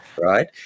right